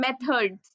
methods